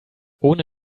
ohne